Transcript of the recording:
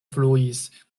fluis